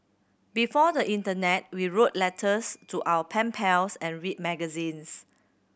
before the internet we wrote letters to our pen pals and read magazines